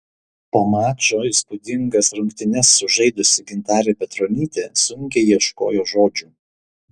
po mačo įspūdingas rungtynes sužaidusi gintarė petronytė sunkiai ieškojo žodžių